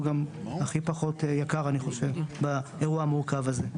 הוא הכי פחות יקר באירוע המורכב הזה.